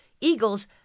eagles